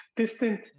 distant